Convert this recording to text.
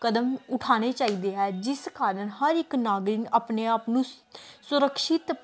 ਕਦਮ ਉਠਾਉਣੇ ਚਾਹੀਦੇ ਹੈ ਜਿਸ ਕਾਰਨ ਹਰ ਇੱਕ ਨਾਗਰਿਕ ਆਪਣੇ ਆਪ ਨੂੰ ਸੁ ਸੁਰਕਸ਼ਿਤ